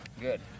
Good